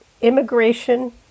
immigration